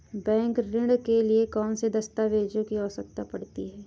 Bank ऋण के लिए कौन से दस्तावेजों की आवश्यकता है?